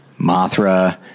Mothra